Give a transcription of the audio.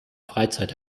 freizeit